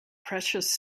precious